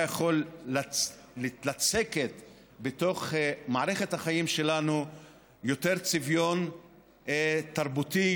יכולה לצקת בתוך מערכת החיים שלנו יותר צביון תרבותי,